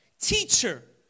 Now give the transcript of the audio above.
Teacher